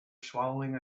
swallowing